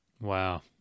Wow